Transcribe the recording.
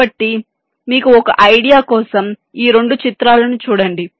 కాబట్టి మీకుఒక ఐడియా కోసం ఈ రెండు చిత్రాలను చూడండి